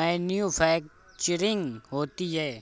manufacturing होती है